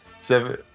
seven